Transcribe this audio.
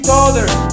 others